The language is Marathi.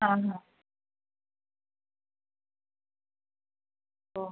हां हां हो